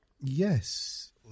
Yes